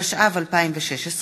התשע"ו 2016,